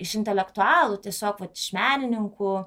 iš intelektualų tiesiog vat iš menininkų